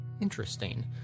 interesting